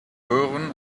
röhren